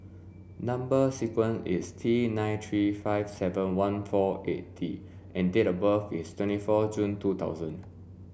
number sequence is T nine three five seven one four eight D and date of birth is twenty four June two thousand